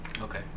Okay